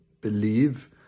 believe